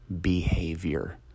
behavior